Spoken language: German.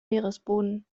meeresboden